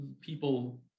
people